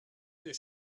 des